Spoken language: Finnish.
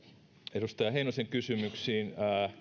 edustaja heinosen kysymyksiin